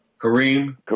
Kareem